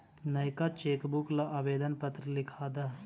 नएका चेकबुक ला आवेदन पत्र लिखा द